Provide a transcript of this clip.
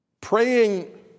praying